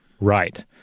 Right